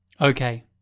Okay